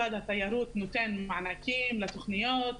משרד התיירות נותן מענקים לתוכניות,